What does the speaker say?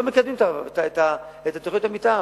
לא מקדמים את תוכניות המיתאר.